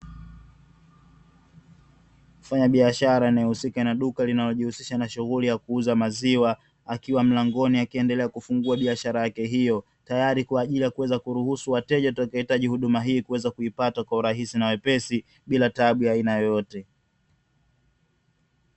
Mfanyabiashara anayehusika na duka linalojihusisha na shughuli ya kuuza maziwa, akiwa mlangoni akiendelea kufungua biashara yake hiyo, tayari kwa ajili ya kuweza kuruhusu wateja watakaohitaji huduma hii, kuweza kuipata kwa urahisi na wepesi, bila taabu ya aina yoyote.